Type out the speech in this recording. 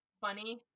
Funny